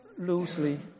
loosely